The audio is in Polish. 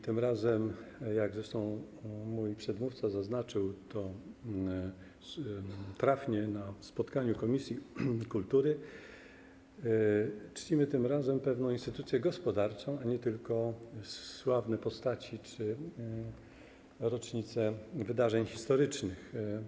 Tym razem, jak zresztą mój przedmówca zaznaczył to trafnie na spotkaniu komisji kultury, czcimy pewną instytucję gospodarczą, a nie tylko sławne postaci czy rocznice wydarzeń historycznych.